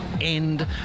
end